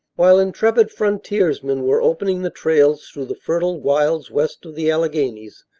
while intrepid frontiersmen were opening the trails through the fertile wilds west of the alleghanies,